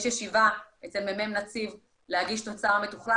יש ישיבה אצל מ"מ נציב להגיש תוצר מתוכלל